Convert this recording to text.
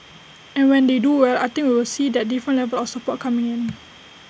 and when they do well I think we will see that different level of support coming in